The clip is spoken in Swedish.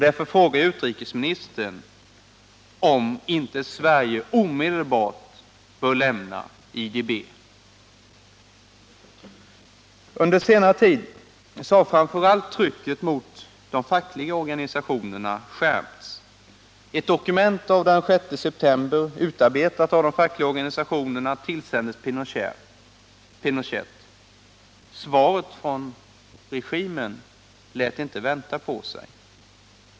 Därför frågar jag utrikesministern om inte Sverige omedelbart bör lämna IDB. Under senare tid har framför allt trycket mot de fackliga organisationerna skärpts. Ett dokument av den 6 september, utarbetat av de fackliga organisationerna, har tillställts Pinochet. Svaret från regimen lät inte vänta på sig.